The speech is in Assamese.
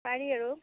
পাৰি আৰু